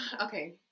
Okay